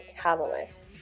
catalyst